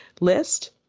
list